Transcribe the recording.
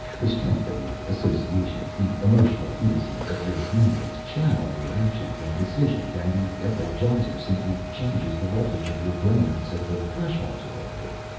the strength of your associations the emotional indices of your memories channel your actions and decisions, and the ecologizer simply changes the voltage of your brain so the thresholds are altered.